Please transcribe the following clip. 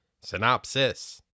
Synopsis